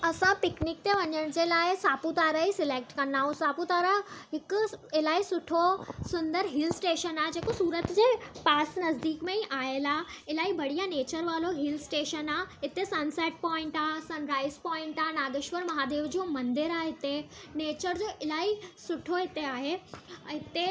असां पिकनिक ते वञण जे लाइ सापूतारा ई सिलैक्ट कंदा आहियूं सापूतारा हिकु इलाही सुठो सुंदर हिल स्टेशन आहे जेको सूरत जे पास नज़दीक में ई आयल आहे इलाही बढ़िया नेचर वारो हिल स्टेशन आहे हिते सन सेट पॉइंट आहे सन राइज़ पॉइंट आहे नागेश्वर महादेव जो मंदरु आहे हिते नेचर जो इलाही सुठो हिते आहे हिते